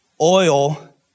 Oil